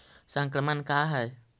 संक्रमण का है?